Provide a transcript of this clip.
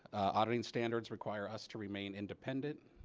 auditing standards require us to remain independent.